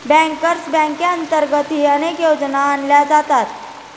bankers बँकेअंतर्गतही अनेक योजना आणल्या जातात